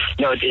No